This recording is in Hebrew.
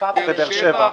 נציגות בבאר שבע,